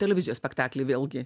televizijos spektaklį vėlgi